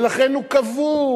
ולכן הוא כבול,